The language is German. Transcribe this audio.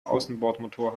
außenbordmotor